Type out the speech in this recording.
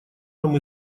нам